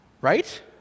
Right